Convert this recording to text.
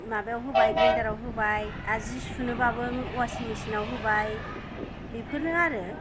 माबायाव होबाय ग्रेन्डाराव होबाय आरो जि सुनोबाबो वासिं मेसिनाव होबाय बेफोरनो आरो